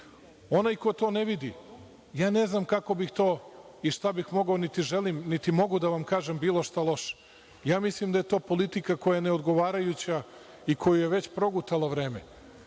nas. Onaj ko to ne vidi, ne znam kako bih to i šta bih mogao, niti želim niti mogu da vam kažem bilo šta loše, mislim da je to politika koja je neodgovarajuća i koju je već progutalo vreme. Što